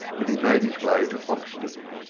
and he made his way to hoxton.